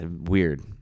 weird